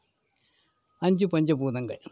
அஞ்சு பஞ்ச பூதங்கள்